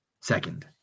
Second